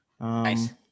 Nice